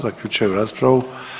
Zaključujem raspravu.